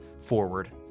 forward